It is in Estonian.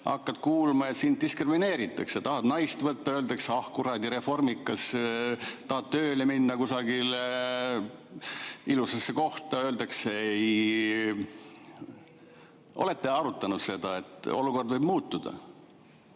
hakkad [tundma], et sind diskrimineeritakse? Tahad naist võtta, öeldakse, et ah, kuradi reformikas. Tahad tööle minna kusagile ilusasse kohta, öeldakse ei. Olete arutanud seda, et olukord võib muutuda?